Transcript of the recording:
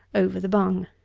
over the bung.